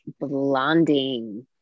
blonding